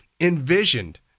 envisioned